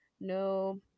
no